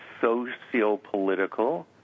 sociopolitical